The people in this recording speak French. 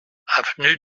avenue